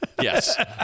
Yes